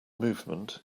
movement